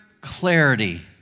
clarity